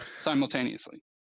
simultaneously